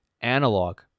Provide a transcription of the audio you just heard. analog